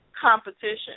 competition